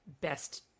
best